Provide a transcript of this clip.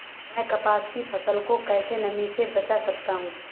मैं कपास की फसल को कैसे नमी से बचा सकता हूँ?